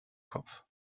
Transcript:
kopf